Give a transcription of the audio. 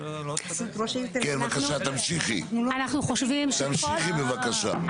כן בבקשה תמשיכי, תמשיכי בבקשה.